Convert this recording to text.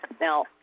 Now